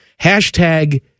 Hashtag